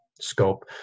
scope